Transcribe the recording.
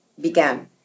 began